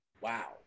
wow